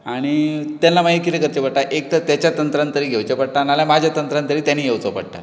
आनी तेन्ना मागीर कितें करचें पडटा एक तर ताचे तंत्रज्ञ घेवचें पडटा ना जाल्यार म्हजें तंत्रज्ञ तेनी घेवचो पडटा